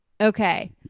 Okay